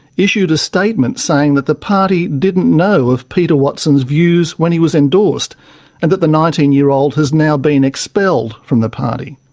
issued a statement saying that the party didn't know of peter watson's views when he was endorsed and that the nineteen year old has now been expelled from the party.